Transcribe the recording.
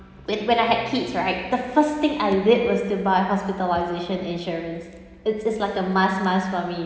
with when I had kids right the first thing I did was to buy hospitalisation insurance it's it's like a must must for me